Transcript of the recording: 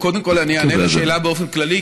קודם כול אני אענה לשאלה באופן כללי,